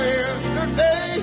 yesterday